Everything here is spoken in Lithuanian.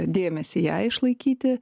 dėmesį ją išlaikyti